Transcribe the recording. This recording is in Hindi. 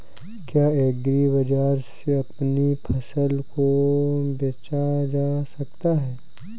क्या एग्रीबाजार में अपनी फसल को बेचा जा सकता है?